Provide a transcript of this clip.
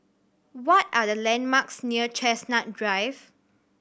what are the landmarks near Chestnut Drive